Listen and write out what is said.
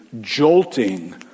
jolting